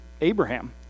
Abraham